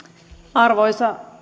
arvoisa